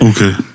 okay